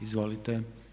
Izvolite.